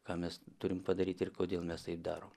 ką mes turim padaryt ir kodėl mes taip darom